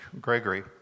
Gregory